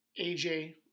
AJ